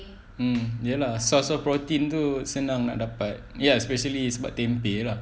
mm ya lah source of protein tu senang nak dapat ya especially is buat tempeh lah